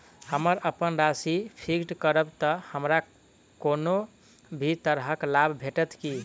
हम अप्पन राशि फिक्स्ड करब तऽ हमरा कोनो भी तरहक लाभ भेटत की?